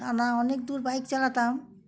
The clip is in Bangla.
টানা অনেক দূর বাইক চালাতাম